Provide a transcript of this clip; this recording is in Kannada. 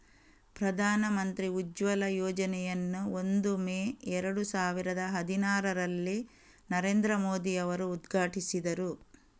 ಪ್ರಧಾನ ಮಂತ್ರಿ ಉಜ್ವಲ ಯೋಜನೆಯನ್ನು ಒಂದು ಮೇ ಏರಡು ಸಾವಿರದ ಹದಿನಾರರಲ್ಲಿ ನರೇಂದ್ರ ಮೋದಿ ಅವರು ಉದ್ಘಾಟಿಸಿದರು